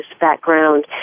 background